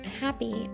happy